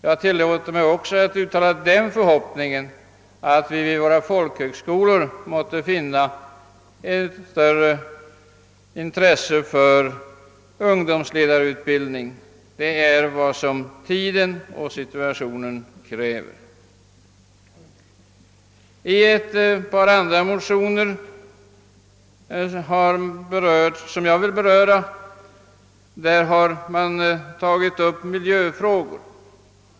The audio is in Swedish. Jag tillåter mig också att uttala förhoppningen, att man vid våra folkhögskolor måtte ägna större intresse för ungdomsledarutbildning; det är vad tiden och situationen kräver. I ett par andra motioner har man tagit upp miljöfrågor.